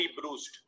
bruised